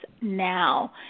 now